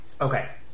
Okay